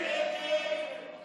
ההצעה להעביר את